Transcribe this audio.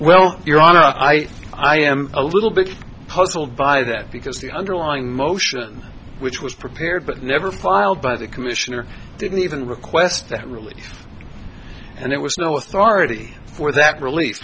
well your honor i i am a little bit puzzled by that because the underlying motion which was prepared but never filed by the commissioner didn't even request them really and it was no authority for that rel